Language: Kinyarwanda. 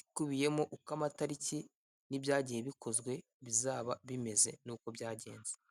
Ikubiyemo uko amatariki n'ibyagiye bikozwe bizaba bimeze, n'uko byagenze.